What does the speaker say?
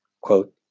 quote